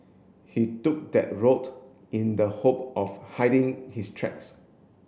he took that road in the hope of hiding his tracks